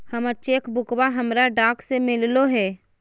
हमर चेक बुकवा हमरा डाक से मिललो हे